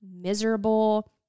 miserable